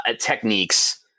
techniques